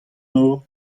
nor